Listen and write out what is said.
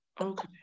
Okay